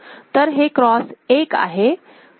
तर हे क्रॉस 1 आहे